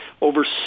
Over